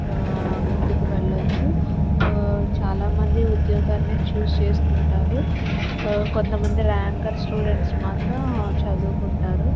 ఆ ముందుకు వెళ్ళచ్చు చాలా మంది ఉద్యోగాన్ని చూస్ చేసుకుంటారు కొంతమంది ర్యాంకర్ స్టూడెంట్స్ మాత్రం చదువుకుంటారు